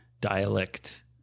dialect